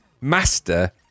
master